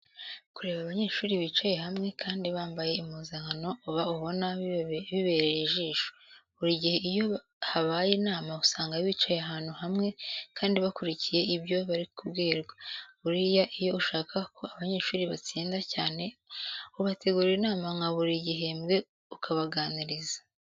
Kureba abanyeshuri bicaye hamwe kandi bambaye impuzankano uba ubona bibereye ijisho. Buri gihe iyo habaye inama usanag bicaye ahantu hamwe kandi bakurikiye ibyo bari kubwirwa. Buriya iyo ushaka ko abanyeshuri batsinda cyane ubategurira inama nka buri gihembwe ukabaganiriza.